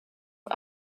for